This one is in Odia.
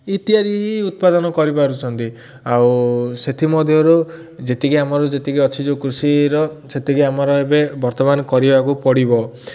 ଇତ୍ୟାଦି ହିଁ ଉତ୍ପାଦନ କରିପାରୁଛନ୍ତି ଆଉ ସେଥିମଧ୍ୟରୁ ଯେତିକି ଆମର ଯେତିକି ଅଛି ଯେଉଁ କୃଷିର ସେତିକି ଆମର ଏବେ ବର୍ତ୍ତମାନ କରିବାକୁ ପଡ଼ିବ